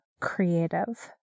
Creative